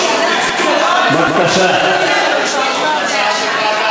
זאת התכנסות שאנחנו מביעים מחאה על הדרך שבה הדבר הזה הגיע לפה.